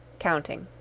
counting.